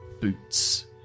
boots